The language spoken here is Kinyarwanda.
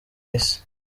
isi